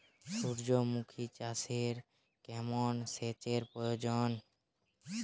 সূর্যমুখি চাষে কেমন সেচের প্রয়োজন?